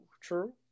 True